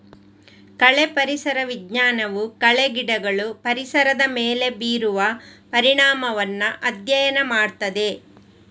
ಕಳೆ ಪರಿಸರ ವಿಜ್ಞಾನವು ಕಳೆ ಗಿಡಗಳು ಪರಿಸರದ ಮೇಲೆ ಬೀರುವ ಪರಿಣಾಮವನ್ನ ಅಧ್ಯಯನ ಮಾಡ್ತದೆ